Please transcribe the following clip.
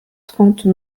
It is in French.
trente